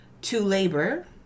To-Labor